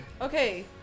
okay